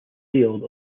sailed